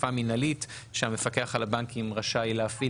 אכיפה מינהלית שהמפקח על הבנקים רשאי להפעיל